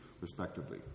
respectively